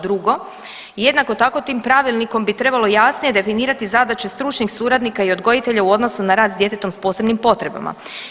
Drugo, jednako tako, tim pravilnikom bi trebalo jasnije definirati zadaće stručnih suradnika i odgojitelja u odnosu na rad s djetetom s posebnim potrebama.